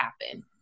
happen